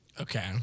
Okay